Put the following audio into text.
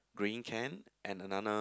green can and another